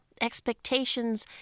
expectations